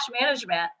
management